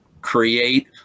create